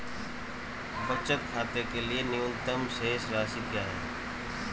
बचत खाते के लिए न्यूनतम शेष राशि क्या है?